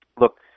look